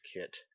kit